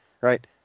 Right